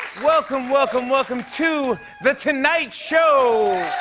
welcome, welcome, welcome to the tonight show.